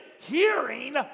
hearing